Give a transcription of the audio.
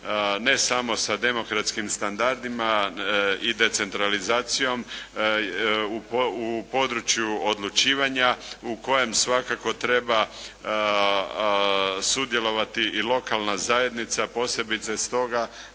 ne samo sa demokratskim standardima i decentralizacijom u području odlučivanja u kojem svakako treba sudjelovati i lokalna zajednica, posebice stoga